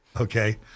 okay